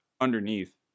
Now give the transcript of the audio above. underneath